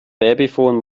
babyphon